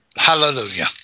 Hallelujah